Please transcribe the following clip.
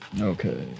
Okay